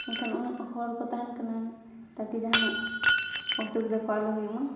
ᱮᱠᱷᱟᱱ ᱩᱱᱟᱹᱜ ᱦᱚᱲ ᱠᱚ ᱛᱟᱦᱮᱱ ᱠᱟᱱᱟ ᱛᱟᱠᱤ ᱡᱟᱦᱟᱱᱟᱜ ᱚᱥᱩᱵᱤᱫᱷᱟ ᱠᱚ ᱟᱞᱚ ᱦᱩᱭᱩᱜ ᱢᱟ